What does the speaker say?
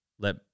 Let